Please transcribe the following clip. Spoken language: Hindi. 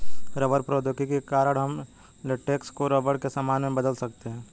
रबर प्रौद्योगिकी के कारण हम लेटेक्स को रबर के सामान में बदल सकते हैं